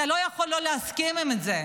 אתה לא יכול לא להסכים עם זה.